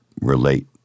relate